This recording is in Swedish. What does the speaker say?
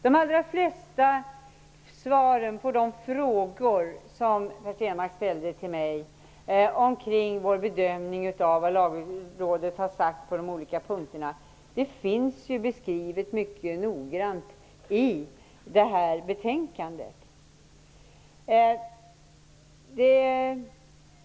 De allra flesta svar på de frågor som Per Stenmarck ställde till mig angånde vår bedömning av vad Lagrådet har sagt på de olika punkterna finns mycket noggrant angivna i betänkandet.